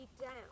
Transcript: down